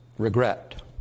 regret